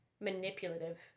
manipulative